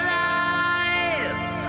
life